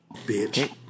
Bitch